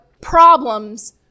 problems